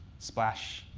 splash.